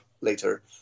later